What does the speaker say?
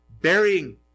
burying